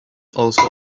also